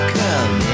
come